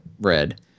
red